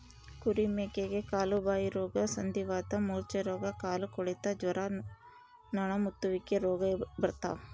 ಕುರಿ ಮೇಕೆಗೆ ಕಾಲುಬಾಯಿರೋಗ ಸಂಧಿವಾತ ಮೂರ್ಛೆರೋಗ ಕಾಲುಕೊಳೆತ ಜ್ವರ ನೊಣಮುತ್ತುವಿಕೆ ರೋಗ ಬರ್ತಾವ